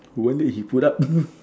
one leg he put up